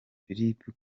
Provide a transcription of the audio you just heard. philip